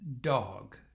dog